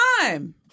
time